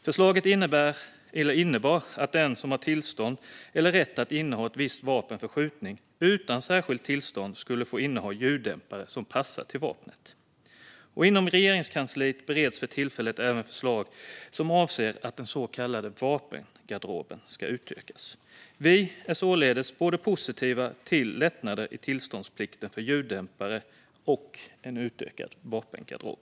Förslaget innebar att den som har tillstånd eller rätt att inneha ett visst vapen för skjutning utan särskilt tillstånd skulle få inneha ljuddämpare som passar till vapnet. Inom Regeringskansliet bereds för tillfället även förslag om att den så kallade vapengarderoben ska utökas. Vi är således positiva till både lättnader i tillståndsplikten för ljuddämpare och en utökad vapengarderob.